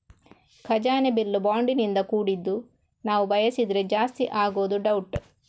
ಖಜಾನೆ ಬಿಲ್ಲು ಬಾಂಡಿನಿಂದ ಕೂಡಿದ್ದು ನಾವು ಬಯಸಿದ್ರೆ ಜಾಸ್ತಿ ಆಗುದು ಡೌಟ್